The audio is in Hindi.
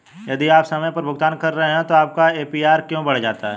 यदि आप समय पर भुगतान कर रहे हैं तो आपका ए.पी.आर क्यों बढ़ जाता है?